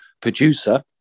producer